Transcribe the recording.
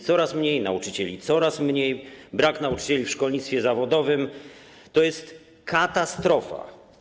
Coraz mniej nauczycieli, brak nauczycieli w szkolnictwie zawodowym - to jest katastrofa.